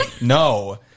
No